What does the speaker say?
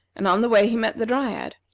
and on the way he met the dryad.